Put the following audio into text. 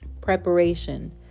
Preparation